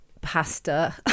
pasta